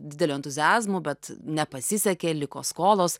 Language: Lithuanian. dideliu entuziazmu bet nepasisekė liko skolos